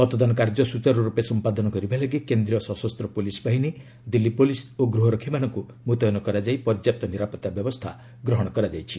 ମତଦାନ କାର୍ଯ୍ୟ ସୁଚାରୁରୂପେ ସମ୍ପାଦନ କରିବା ଲାଗି କେନ୍ଦ୍ରୀୟ ସଶସ୍ତ ପୋଲିସ ବାହିନୀ ଦିଲ୍ଲୀ ପୋଲିସ ଓ ଗୃହରକ୍ଷୀମାନଙ୍କୁ ମୁତୟନ କରାଯାଇ ପର୍ଯ୍ୟପ୍ତ ନିରାପତ୍ତା ବ୍ୟବସ୍ଥା ଗ୍ରହଣ କରାଯାଇଛି